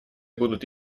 будут